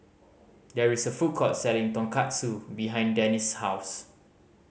there is a food court selling Tonkatsu behind Dannie's house